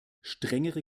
strengere